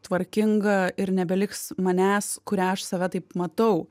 tvarkinga ir nebeliks manęs kurią aš save taip matau